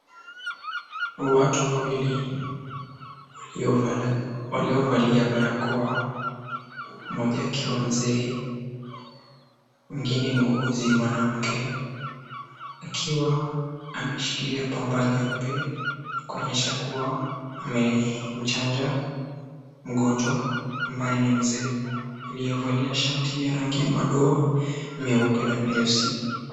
Watu wawili waliovalia barakoa, mmoja akiwa mzee, mwingine muuguzi mwanamke, akiwa ameshikilia pamba nyeupe kuonyesha kuwa amemchanja mgonjwa, ambaye ni mzee aliyevalia shati ya rangi ya madoa meupe na meusi.